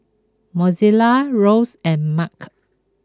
Mozella Rose and Mack